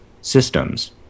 systems